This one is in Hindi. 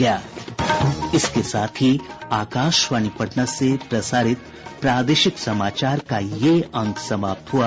इसके साथ ही आकाशवाणी पटना से प्रसारित प्रादेशिक समाचार का ये अंक समाप्त हुआ